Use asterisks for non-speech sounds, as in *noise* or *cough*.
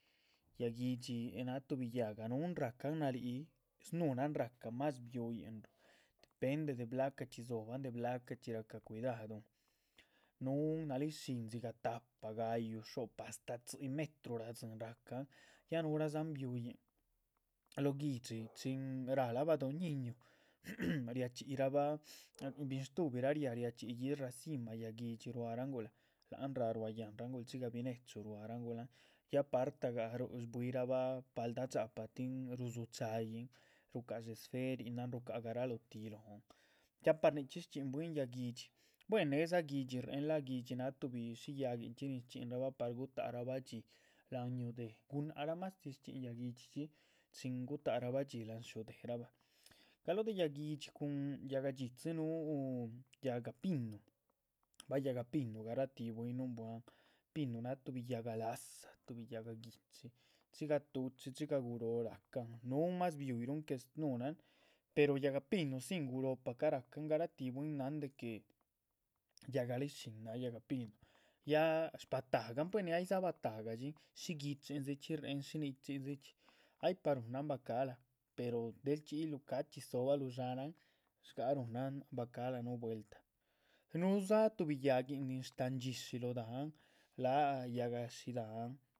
Yáhguidxi náh tuhbi yáhga núhun ra´cahn nalíhic snuhunan ra´ca más bihuyin depende de blacachxi dzobahn de blacachxí ra´cah cuidaduhun núhun. nalíhic shin dzigah tahpa ga´yu, xo´pa, astáh tzí metru radzín rahcan, ya núhuradzan bihuyin lóh guihdxi chin ráhla badó ñiñu riachxíyirahba binshtuhbi. riá riachxíyi racima yáhguidxi ruahra, láhan raá rua yáhnrangula dxigah binechu ruahrangunlahn ya partagah shbuirabah paldah dxápah tin rudzú cha´yin. ruca´ha esferinan, ruca´ha garalotih lóhon ya par nichxí shchxín bwín yáhguidxi buen nédza guidxi lác, guidxi náh tuhbi shí yaguinchxi nin shchxinrbah. par gutaharabah dhxí láhan yúhu déh, gunáhc raa mastih shchxín yáhguidxi, chin gutaharabah dhxí láhan shyúhu déhrabah galóh de yáhguidxi cun yáhga dxitzi núhu. yáhga pinu, bay yáhga pinu garatih bwín nun buáhan pinu náha tuh yáhga la´za tuhbi yáhga guichi dxigah tuchi dxigah guróho rácahn núhun más biuhirun que snuhunan. pero yáhga pinu dzin guroh paca ráhcan garatih bwin náhan de que yáhga lihic shín náha yáhga pinu ya shpatahgan buenu aydza batahgadxin shin guichindzichxí réhen. *unintelligible* ay para ruhunan bacahla pero del chxiyiluh cachxí dzibaluh dxa´nahan shga´c ruhunan bacahla núh vueltah núhudza tuhbi yáhguin nin shtáhan. dishi lóho dahán láhan yáhga shidahán.